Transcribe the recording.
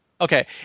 okay